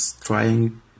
trying